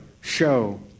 show